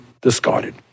discarded